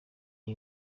iyi